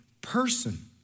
person